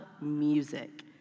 music